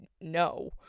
No